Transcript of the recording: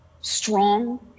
strong